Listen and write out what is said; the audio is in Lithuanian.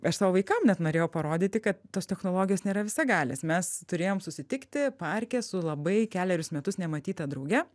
aš savo vaikam net norėjau parodyti kad tos technologijos nėra visagalės mes turėjom susitikti parke su labai kelerius metus nematyta drauge